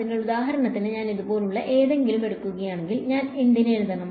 അതിനാൽ ഉദാഹരണത്തിന് ഞാൻ ഇതുപോലുള്ള എന്തെങ്കിലും എടുക്കുകയാണെങ്കിൽ ഞാൻ എന്തിന് എഴുതണം